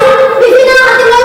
מה את מגינה כל כך על עזמי בשארה?